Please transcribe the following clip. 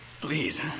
Please